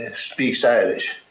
speaks irish.